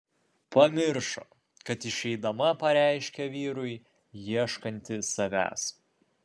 pamiršo kad išeidama pareiškė vyrui ieškanti savęs